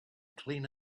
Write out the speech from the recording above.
clean